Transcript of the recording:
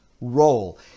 role